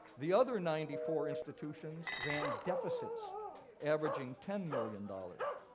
the other ninety four institutions ran deficits averaging ten million dollars.